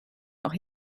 noch